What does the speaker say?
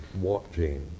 watching